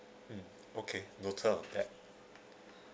mm okay noted on that